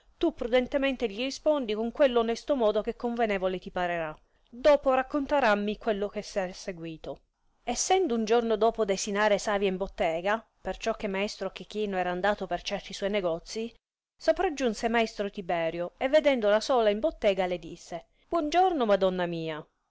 tu prudentemente gli rispondi con quello onesto modo che convenevole ti parerà dopo raccontarammi quello che sera seguito essendo un giorno dopo desinare savia in bottega perciò che maestro chechino era andato per certi suoi negozii sopraggiunse maestro tiberio e vedendola sola in bottega le disse buon giorno madonna mia